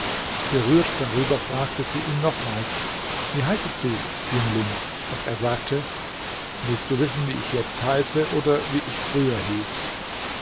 gerührt darüber fragte sie ihn nochmals wie heißest du jüngling und er sagte willst du wissen wie ich jetzt heiße oder wie ich früher hieß